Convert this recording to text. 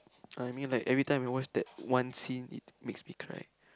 ah I mean like every time I watch that one scene it makes me cry